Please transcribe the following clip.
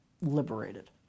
liberated